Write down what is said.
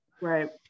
Right